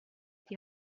die